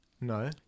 no